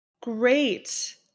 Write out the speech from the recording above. Great